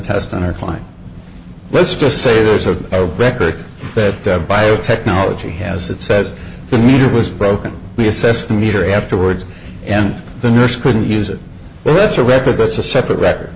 test on her fine let's just say there's a record that biotechnology has that says the meter was broken we assessed the meter afterwards and the nurse couldn't use it well that's a record that's a separate record